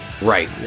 right